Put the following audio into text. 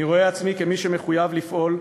אני רואה עצמי כמי שמחויב לפעול,